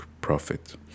profit